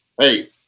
hey